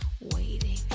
waiting